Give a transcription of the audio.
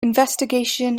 investigation